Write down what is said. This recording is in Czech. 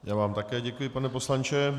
Já vám také děkuji, pane poslanče.